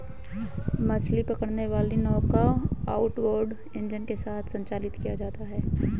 मछली पकड़ने वाली नौकाओं आउटबोर्ड इंजन के साथ संचालित किया जाता है